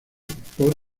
por